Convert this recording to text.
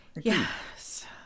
Yes